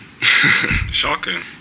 Shocking